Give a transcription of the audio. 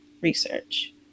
research